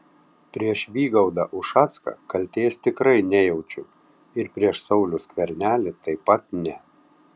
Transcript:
prieš vygaudą ušacką kaltės tikrai nejaučiu ir prieš saulių skvernelį taip pat ne